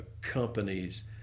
companies